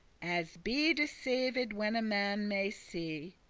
as be deceived when a man may see.